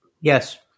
Yes